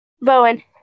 Bowen